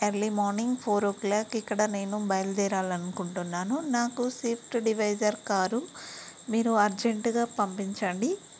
early morning four o'clock ఇక్కడ నేను బయలుదేరాలనుకుంటున్నాను నాకు సిఫ్ట్ డివైసర్ కారు మీరు అర్జెంటుగా పంపించండి